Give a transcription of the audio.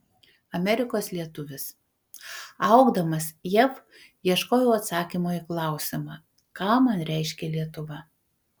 amerikos lietuvis augdamas jav ieškojau atsakymo į klausimą ką man reiškia lietuva